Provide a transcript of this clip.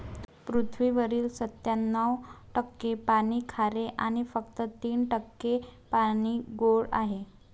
पृथ्वीवरील सत्त्याण्णव टक्के पाणी खारे आणि फक्त तीन टक्के गोडे पाणी आहे